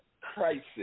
Crisis